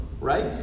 Right